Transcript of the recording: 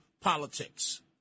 politics